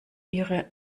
ihre